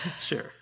sure